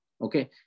Okay